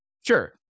Sure